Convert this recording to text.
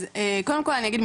אז קודם כל אני אגיד,